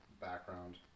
background